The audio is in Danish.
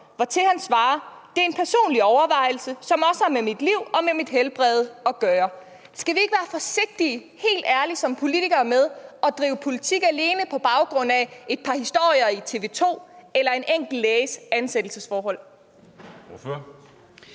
Hertil svarer han: Det er en personlig overvejelse, som også har med mit liv og mit helbred at gøre. Skal vi som politikere helt ærligt ikke være forsigtige med at drive politik alene på baggrund af et par historier i TV 2 eller en enkelt læges ansættelsesforhold?